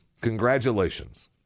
Congratulations